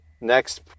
next